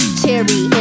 cherry